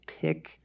pick